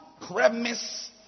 premise